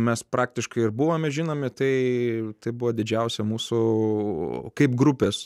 mes praktiškai ir buvome žinomi tai buvo didžiausia mūsų kaip grupės